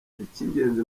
icy’ingenzi